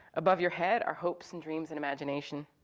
above your head are hopes and dreams and imagination.